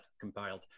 compiled